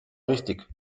richtig